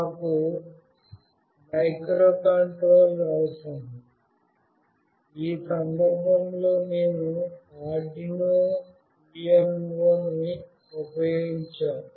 మాకు మైక్రోకంట్రోలర్ అవసరం ఈ సందర్భంలో మేము Arduino UNO ని ఉపయోగించాము